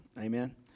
Amen